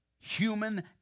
human